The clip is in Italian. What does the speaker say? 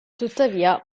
tuttavia